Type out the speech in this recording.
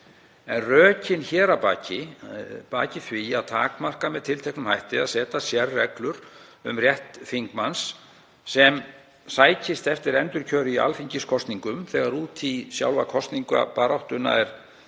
Rökin að baki því að takmarka með tilteknum hætti, að setja sérreglur um rétt þingmanns sem sækist eftir endurkjöri í alþingiskosningum þegar út í sjálfa kosningabaráttuna er